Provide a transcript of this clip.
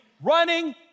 running